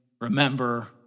remember